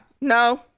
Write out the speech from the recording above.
no